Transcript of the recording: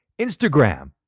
Instagram